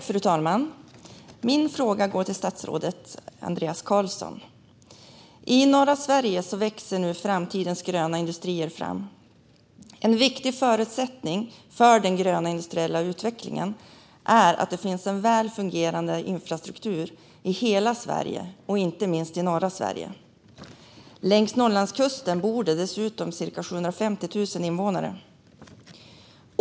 Fru talman! Min fråga går till statsrådet Andreas Carlson. I norra Sverige växer nu framtidens gröna industrier fram. En viktig förutsättning för den gröna industriella utvecklingen är att det finns en väl fungerande infrastruktur i hela Sverige, inte minst i norra Sverige. Längs Norrlandskusten bor det dessutom cirka 750 000 människor.